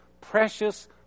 precious